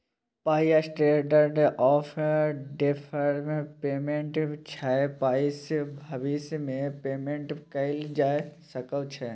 पाइ standard of deferred payment छै पाइसँ भबिस मे पेमेंट कएल जा सकै छै